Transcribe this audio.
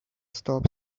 stop